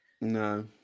No